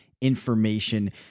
information